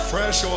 Fresh